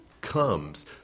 comes